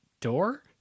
door